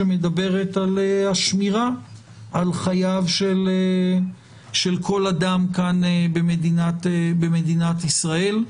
שמדברת על השמירה על חייו של כל אדם כאן במדינת ישראל.